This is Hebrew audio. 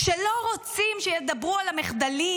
כשלא רוצים שידברו על המחדלים?